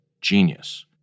genius